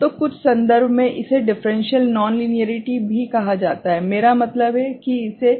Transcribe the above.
तो कुछ संदर्भ में इसे डिफ़्रेंशियल नॉन लिनियरिटी भी कहा जाता है मेरा मतलब है कि इसे